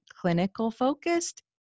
clinical-focused